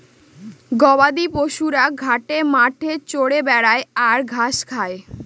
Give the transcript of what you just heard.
গবাদি পশুরা ঘাটে মাঠে চরে বেড়ায় আর ঘাস খায়